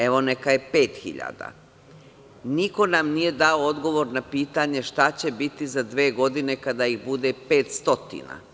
Evo, neka je pet hiljada, niko nam nije dao odgovor na pitanje, šta će biti za dve godine, kada ih bude 500.